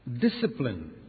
Discipline